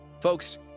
Folks